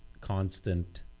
constant